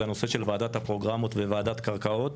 זה הנושא של ועדת הפרוגרמות וועדת קרקעות.